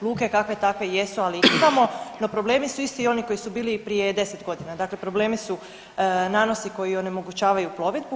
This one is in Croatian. Luke kakve takve jesu, ali ih imamo, no problemi su isti oni koji su bili i prije 10 godina, dakle problemi su nanosi koji onemogućavaju plovidbu.